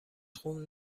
خون